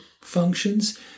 functions